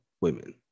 women